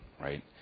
right